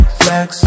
flex